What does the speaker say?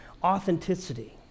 authenticity